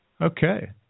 Okay